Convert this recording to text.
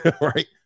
right